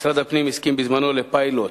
משרד הפנים הסכים בזמנו לפיילוט,